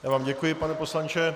Já vám děkuji, pane poslanče.